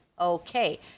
Okay